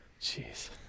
Jeez